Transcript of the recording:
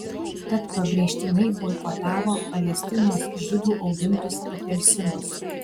tad pabrėžtinai boikotavo palestinos žydų augintus apelsinus